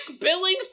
Billings